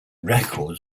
records